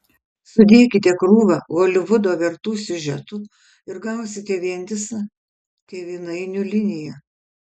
sudėkite krūvą holivudo vertų siužetų ir gausite vientisą tėvynainių liniją